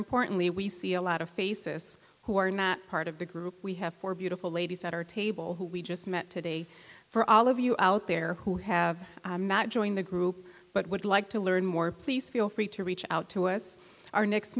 importantly we see a lot of faces who are now part of the group we have four beautiful ladies at our table who we just met today for all of you out there who have not joined the group but would like to learn more please feel free to reach out to us our next